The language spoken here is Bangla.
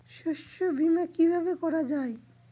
শস্য বীমা কিভাবে করা যায়?